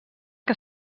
que